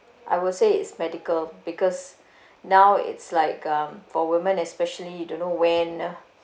I will say is medical because now it's like um for women especially you don't know when